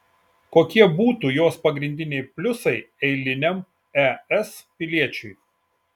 kokie būtų jos pagrindiniai pliusai eiliniam es piliečiui